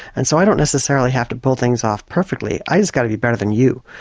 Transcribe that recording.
and so i don't necessarily have to pull things off perfectly, i've just got to be better than you.